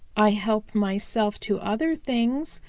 i help myself to other things,